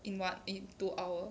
in what in two hour